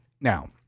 Now